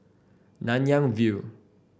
Nanyang View